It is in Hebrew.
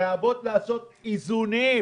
חייבות לעשות איזונים.